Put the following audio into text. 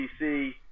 DC